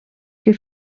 que